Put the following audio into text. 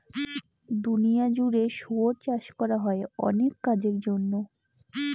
দুনিয়া জুড়ে শুয়োর চাষ করা হয় অনেক কাজের জন্য